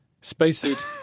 spacesuit